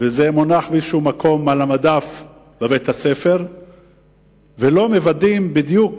וזה מונח באיזשהו מקום על המדף בבית-הספר ולא מוודאים בדיוק